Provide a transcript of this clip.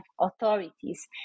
authorities